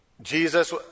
Jesus